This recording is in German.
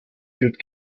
gilt